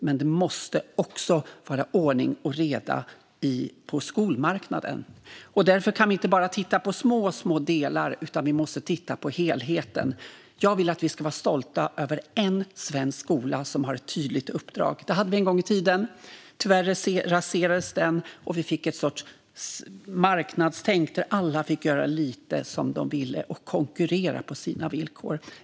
Men det måste också vara ordning och reda på skolmarknaden. Därför kan vi inte bara titta på små, små delar, utan vi måste titta på helheten. Jag vill att vi ska vara stolta över en svensk skola som har ett tydligt uppdrag. Det hade vi en gång i tiden. Tyvärr raserades den, och vi fick en sorts marknadstänk där alla fick göra lite som de ville och konkurrera på sina villkor.